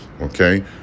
Okay